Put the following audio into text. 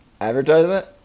Advertisement